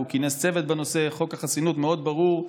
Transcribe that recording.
הוא כינס צוות בנושא חוק החסינות מאוד ברור.